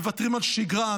מוותרים על שגרה,